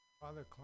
Father